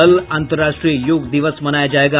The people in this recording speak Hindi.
कल अन्तर्राष्ट्रीय योग दिवस मनाया जायेगा